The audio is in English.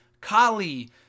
Kali